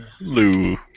Lou